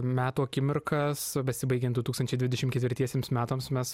metų akimirkas besibaigiant du tūkstančiai dvidešim ketvirtiesiems metams mes